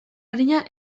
arina